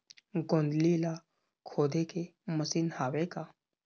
गोंदली ला खोदे के मशीन हावे का?